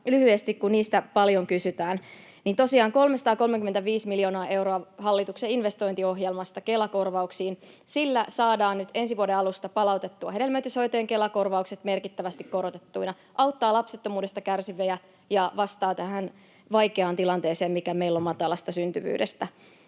lyhyesti, kun niistä paljon kysytään: Tosiaan 335 miljoonaa euroa hallituksen investointiohjelmasta Kela-korvauksiin. Sillä saadaan nyt ensi vuoden alusta palautettua hedelmöityshoitojen Kela-korvaukset merkittävästi korotettuina. Se auttaa lapsettomuudesta kärsiviä ja vastaa tähän vaikeaan tilanteeseen, mikä meillä on matalasta syntyvyydestä.